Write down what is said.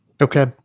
Okay